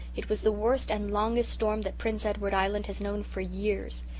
it was the worst and longest storm that prince edward island has known for years.